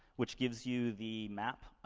which gives you the map, ah,